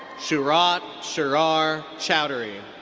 shuhrat sharar choudhury.